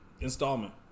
installment